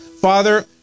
Father